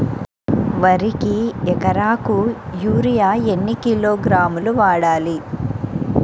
వరికి ఎకరాకు యూరియా ఎన్ని కిలోగ్రాములు వాడాలి?